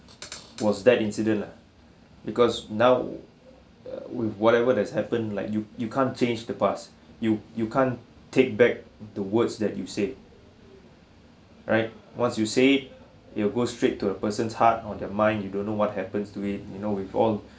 was that incident lah because now uh with whatever that's happened like you you can't change the past you you can't take back the words that you say right once you say it it will go straight to a person's heart or the mind you don't know what happens to it you know with all